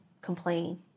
complain